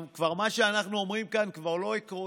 מה שאנחנו אומרים כאן כבר לא עקרוני.